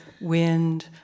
wind